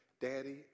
daddy